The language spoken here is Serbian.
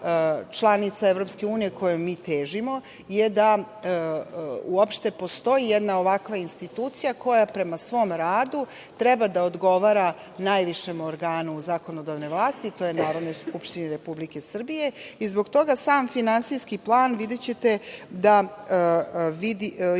članica EU, kojoj mi težimo, je da uopšte postoji jedna ovakva institucija koja prema svom radu treba da odgovara najvišem organu zakonodavne vlasti, a to je Narodnoj skupštini Republike Srbije. Zbog toga sam Finansijski plan, videćete,